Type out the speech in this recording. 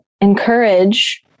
encourage